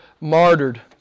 martyred